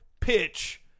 pitch